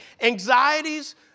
anxieties